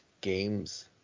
games